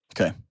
Okay